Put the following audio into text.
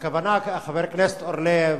חבר הכנסת אורלב,